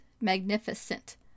Magnificent